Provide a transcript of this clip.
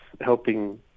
helping